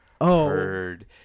heard